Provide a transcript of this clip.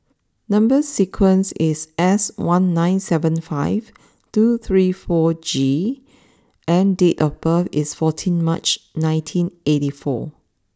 number sequence is S one nine seven five two three four G and date of birth is fourteen March nineteen eighty four